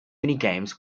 minigames